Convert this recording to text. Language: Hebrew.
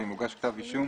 ואם הוגש כתב האישום